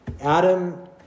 Adam